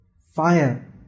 fire